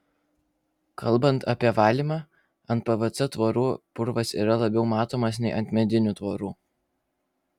kalbant apie valymą ant pvc tvorų purvas yra labiau matomas nei ant medinių tvorų